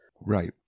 Right